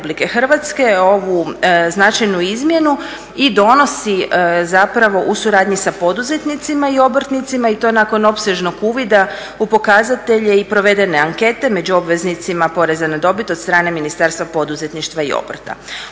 Hrvatske ovu značajnu izmjenu i donosi zapravo u suradnji sa poduzetnicima i obrtnicima i to nakon opsežnog uvida u pokazatelje i provedene ankete među obveznicima poreza na dobit od strane Ministarstva poduzetništva i obrta.